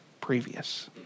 previous